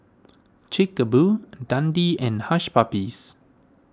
Chic A Boo Dundee and Hush Puppies